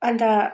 अन्त